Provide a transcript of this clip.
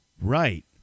Right